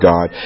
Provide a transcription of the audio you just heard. God